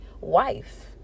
wife